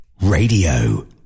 Radio